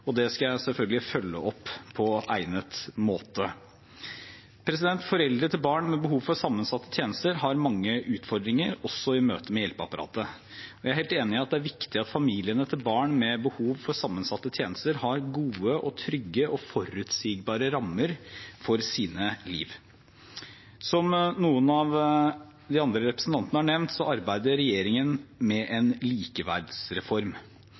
Det skal jeg selvfølgelig følge opp på egnet måte. Foreldre til barn med behov for sammensatte tjenester har mange utfordringer, også i møte med hjelpeapparatet. Jeg er helt enig i at det er viktig at familiene til barn med behov for sammensatte tjenester har gode, trygge og forutsigbare rammer for sine liv. Som noen av representantene har nevnt, arbeider regjeringen med en likeverdsreform.